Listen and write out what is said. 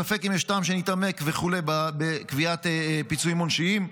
ספק אם יש טעם שנתעמק וכו' בקביעת פיצויים עונשיים.